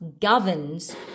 governs